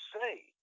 say